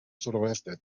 suroeste